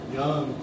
young